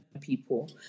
people